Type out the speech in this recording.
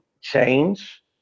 change